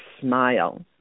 smile